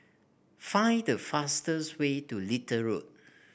find the fastest way to Little Road